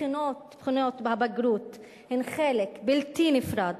בחינות הבגרות הן חלק בלתי נפרד